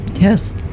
yes